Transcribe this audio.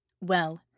Well